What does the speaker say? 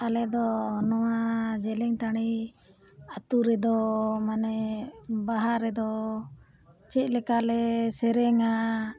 ᱟᱞᱮ ᱫᱚ ᱱᱚᱣᱟ ᱡᱮᱞᱮᱧ ᱴᱟᱺᱰᱤ ᱟᱛᱳ ᱨᱮᱫᱚ ᱢᱟᱱᱮ ᱵᱟᱦᱟ ᱨᱮᱫᱚ ᱪᱮᱫ ᱞᱮᱠᱟ ᱞᱮ ᱥᱮᱨᱮᱧᱟ